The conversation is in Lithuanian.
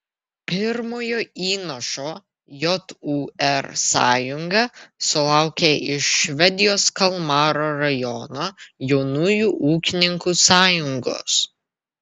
pirmojo įnašo jūr sąjunga sulaukė iš švedijos kalmaro rajono jaunųjų ūkininkų sąjungos